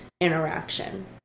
interaction